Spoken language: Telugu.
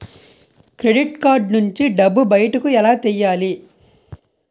క్రెడిట్ కార్డ్ నుంచి డబ్బు బయటకు ఎలా తెయ్యలి?